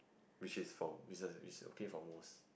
which is from which is which is okay for most